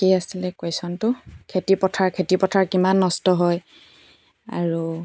কি আছিলে কুৱেশ্যনটো খেতিপথাৰ খেতিপথাৰ কিমান নষ্ট হয় আৰু